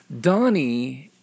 Donnie